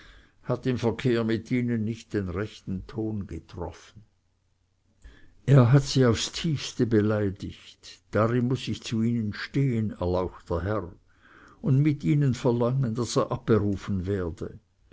hat im verkehr mit ihnen nicht den rechten ton getroffen er hat sie aufs tiefste beleidigt darin muß ich zu ihnen stehn erlauchter herr und mit ihnen verlangen daß er abberufen werde